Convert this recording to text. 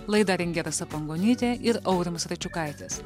laidą rengė rasa pangonytė ir aurimas račiukaitis